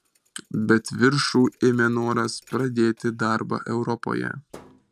bet viršų ėmė noras pradėti darbą europoje